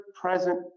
present